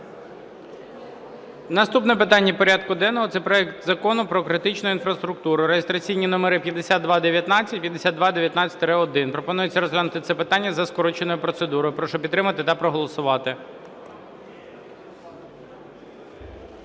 Наступне питання порядку денного – це проект Закону про критичну інфраструктуру (реєстраційні номери 5219, 5219-1). Пропонується розглянути це питання за скороченою процедурою. Прошу підтримати та проголосувати.